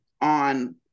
on